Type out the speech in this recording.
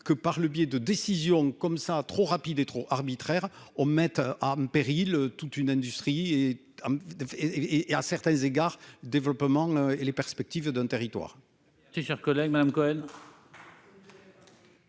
que par le biais de décisions comme ça trop rapide et trop arbitraire hommes mettent en péril toute une industrie et et et à certains égards, développement et les perspectives d'un territoire.